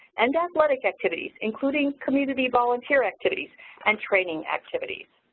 and athletic activities, including community volunteer activities and training activities.